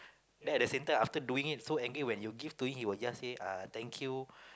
then at the same time after doing it so angry when you give to him he will just say uh thank you